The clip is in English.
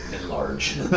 Enlarge